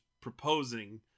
proposing